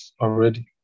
already